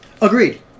Agreed